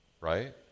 right